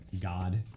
God